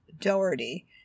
doherty